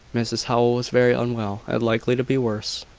mrs howell was very unwell, and likely to be worse.